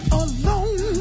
alone